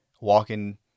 walking